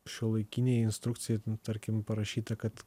šiuolaikinėj instrukcijoj tarkim parašyta kad